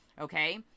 Okay